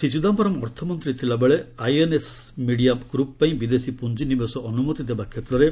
ଶ୍ରୀ ଚିଦାୟରମ୍ ଅର୍ଥମନ୍ତ୍ରୀ ଥିଲାବେଳେ INX media group ପାଇଁ ବିଦେଶୀ ପୁଞ୍ଜିନିବେଶ ଅନୁମତି ଦେବା କ୍ଷେତ୍ରରେ